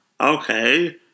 Okay